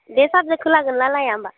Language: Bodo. बे साबजेक्टखौ लागोन ना लाया होनबा